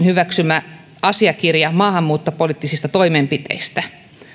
hyväksymä asiakirja maahanmuuttopoliittisista toimenpiteistä